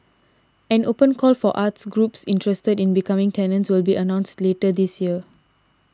an open call for arts groups interested in becoming tenants will be announced later this year